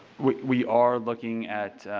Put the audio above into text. we we are looking at,